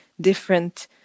different